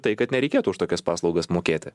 tai kad nereikėtų už tokias paslaugas mokėti